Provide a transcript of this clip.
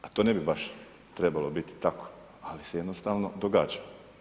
A to ne bi baš trebalo biti tako ali se jednostavno događa.